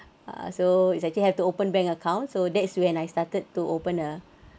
uh so it's actually have to open bank accounts so that's when I started to open a